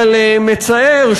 אבל מצער,